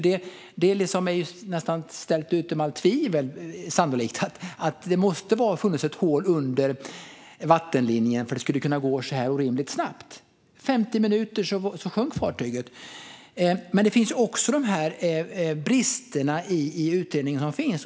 Det är sannolikt nästan ställt utom allt tvivel att det måste ha funnits ett hål under vattenlinjen för att det skulle kunna gå så orimligt snabbt - på 50 minuter sjönk fartyget. Dels handlar det om bristerna i den utredning som finns.